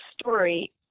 story